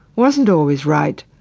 wasn't always right,